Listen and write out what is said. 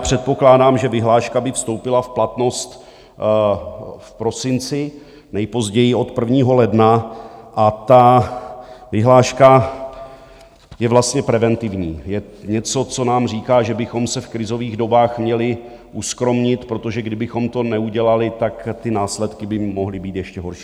Předpokládám, že vyhláška by vstoupila v platnost v prosinci, nejpozději od 1. ledna, a ta vyhláška je vlastně preventivní, je něco, co nám říká, že bychom se v krizových dobách měli uskromnit, protože kdybychom to neudělali, tak ty následky by mohly být ještě horší.